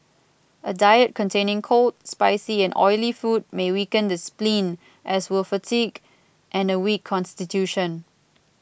a diet containing cold spicy and oily food may weaken the spleen as will fatigue and a weak constitution